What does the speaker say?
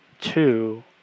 two